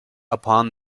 upon